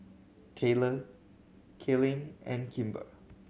Tayler Kaylynn and Kimber